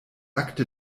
akte